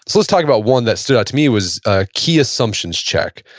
let's talk about one that stood out to me was ah key assumptions check.